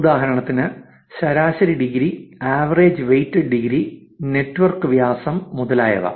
ഉദാഹരണത്തിന് ശരാശരി degree average weighted degree network വ്യാസം മുതലായവ